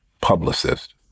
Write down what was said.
publicist